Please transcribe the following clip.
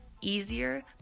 easier